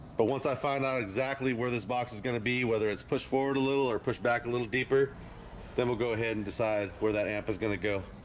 but once i find out exactly where this box is gonna be whether it's pushed forward a little or push back a little deeper then we'll go, ahead and decide where that amp is gonna go